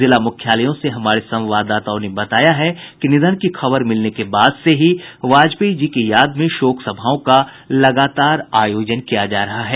जिला मुख्यालयों से हमारे संवाददाताओं ने बताया कि निधन की खबर मिलने के बाद से ही वाजपेयी जी की याद में शोक सभाओं का लगातार आयोजन किया जा रहा है